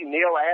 Neil